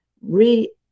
re